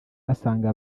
basanga